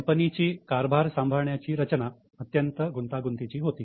कंपनीची कारभार सांभाळण्याची रचना अत्यंत गुंतागुंतीची होती